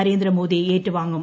നരേന്ദ്രമോദി ഏറ്റുവാങ്ങും